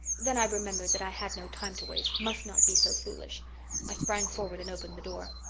then i remembered that i had no time to waste must not be so foolish i sprang forward and opened the door.